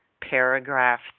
paragraph